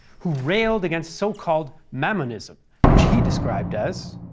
who railed against so called mammonism, which he described as,